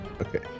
Okay